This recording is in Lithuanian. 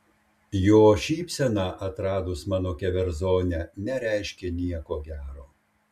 jo šypsena atradus mano keverzonę nereiškė nieko gero